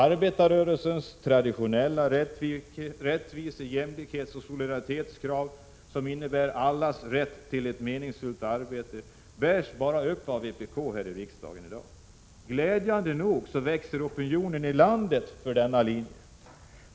Arbetarrörelsens traditionella rättvise-, jämlikhetsoch solidaritetskrav, som innebär allas rätt till ett meningsfullt arbete, bärs bara upp av vpk här i riksdagen i dag. Glädjande nog växer opinionen i landet för denna linje.